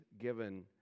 given